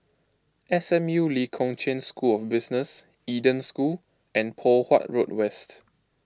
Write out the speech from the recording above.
S M U Lee Kong Chian School of Business Eden School and Poh Huat Road West